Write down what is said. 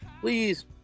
please